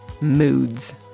Moods